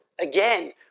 again